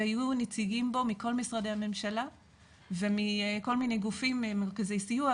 שהיו נציגים בה מכל משרדי הממשלה ומכל מיני גופים ומרכזי סיוע,